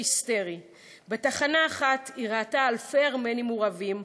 היסטרי"; בתחנה אחת היא ראתה "אלפי ארמנים מורעבים,